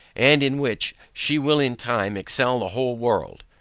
and in which, she will in time excel the whole world.